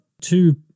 Two